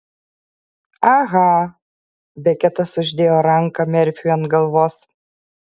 aha beketas uždėjo ranką merfiui ant galvos